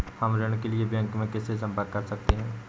हम ऋण के लिए बैंक में किससे संपर्क कर सकते हैं?